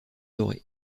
dorée